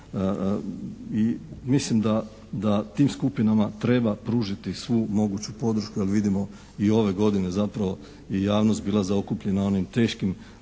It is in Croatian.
i mislim da tim skupinama treba pružiti svu moguću podršku jer vidimo i ove godine zapravo je i javnost bila zaokupljena onim teškim